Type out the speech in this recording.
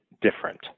different